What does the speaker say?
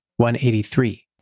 183